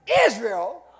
Israel